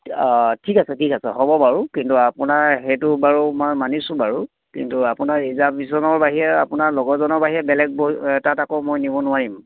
ঠিক আছে ঠিক আছে হ'ব বাৰু কিন্তু আপোনাৰ সেইটো বাৰু মই মানিছোঁ বাৰু কিন্তু আপোনাৰ হিচাপ কিছুমানৰ বাহিৰে আপোনাৰ লগৰজনৰ বাহিৰে বেলেগ ব তাত আকৌ মই নিব নোৱাৰিম